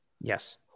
yes